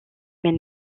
mais